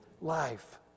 life